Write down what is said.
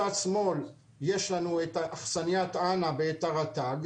מצד שמאל יש לנו את האכסניה ואת הרט"ג,